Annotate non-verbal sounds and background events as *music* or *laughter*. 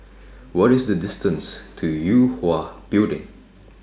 *noise* What IS The distance to Yue Hwa Building